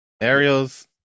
Ariel's